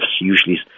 usually